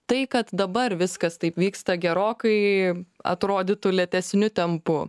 tai kad dabar viskas taip vyksta gerokai atrodytų lėtesniu tempu